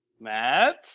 Matt